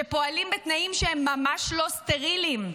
שפועלים בתנאים שהם ממש לא סטריליים.